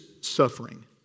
suffering